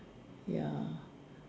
ya